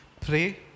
Pray